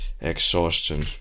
exhaustion